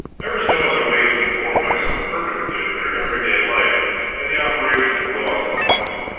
there was no other way to inform myself perfectly of their everyday life and the operation of the laws upon it.